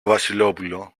βασιλόπουλο